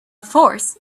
force